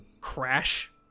crash